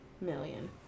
million